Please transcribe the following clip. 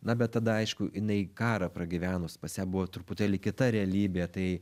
na bet tada aišku jinai karą pragyvenus pas ją buvo truputėlį kita realybė tai